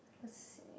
cause it